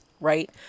right